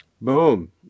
Boom